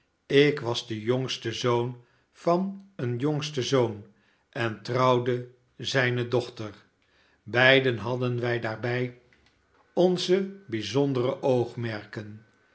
ik was de jongste zoon van een jongsten zoon en trouwde zijne dochter beiden haddenwij daarbij t onze bijzondere